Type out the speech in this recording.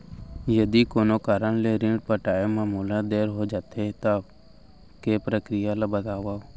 यदि कोनो कारन ले ऋण पटाय मा मोला देर हो जाथे, तब के प्रक्रिया ला बतावव